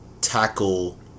tackle